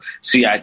CIT